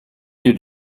you